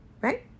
right